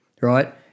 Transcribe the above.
right